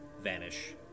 vanish